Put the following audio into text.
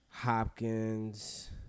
Hopkins